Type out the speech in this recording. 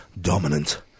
dominant